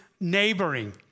neighboring